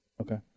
Okay